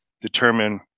determine